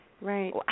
Right